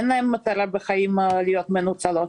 אין להן מטרה בחיים להיות מנוצלות.